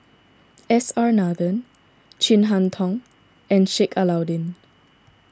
S R Nathan Chin Harn Tong and Sheik Alau'ddin